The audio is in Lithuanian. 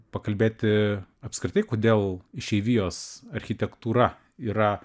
pakalbėti apskritai kodėl išeivijos architektūra yra